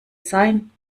sein